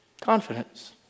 Confidence